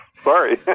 Sorry